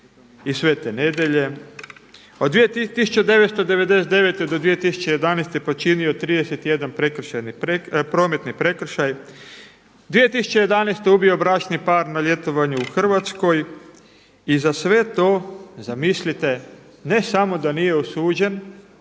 iz Svete Nedjelje, a od 1999. do 2011. počinio 31 prometni prekršaj. 2011. ubio bračni par na ljetovanju u Hrvatskoj i za sve to zamislite ne samo da nije osuđen